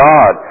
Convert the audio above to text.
God